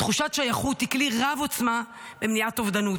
תחושת שייכות היא כלי רב-עוצמה למניעת אובדנות.